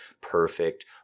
perfect